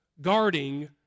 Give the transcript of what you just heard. guarding